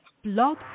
blog